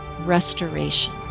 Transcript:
restoration